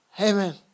Amen